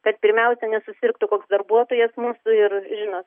kad pirmiausia nesusirgtų koks darbuotojas mūsų ir žinot